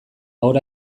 haur